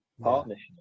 partnership